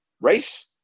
Race